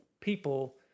people